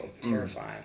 Terrifying